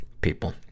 people